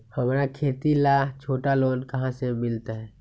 हमरा खेती ला छोटा लोने कहाँ से मिलतै?